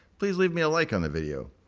please leave me a like on the video.